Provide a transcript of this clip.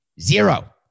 Zero